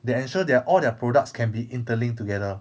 the ensure their all their products can be interlinked together